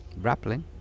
Rappling